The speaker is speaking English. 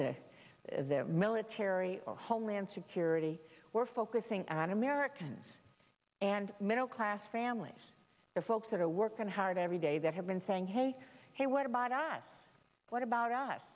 the military or homeland security we're focusing on americans and middle class families the folks that are working hard every day that have been saying hey hey what about us what about us